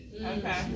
Okay